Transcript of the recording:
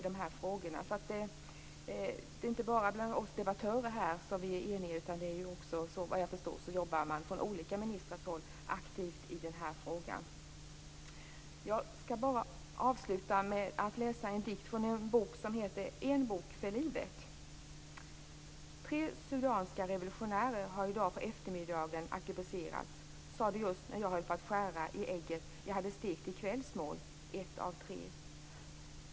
Det är alltså inte bara vi debattörer här som är eniga, utan vad jag förstår jobbar man aktivt från olika ministrars håll i den här frågan. Jag skall avsluta med att läsa en dikt från en bok som heter En bok för livet: Tre sudanska revolutionärer har i dag på eftermiddagen arkebuserats, sa de just när jag höll på att skära i ägget jag hade stekt till kvällsmål, ett av tre.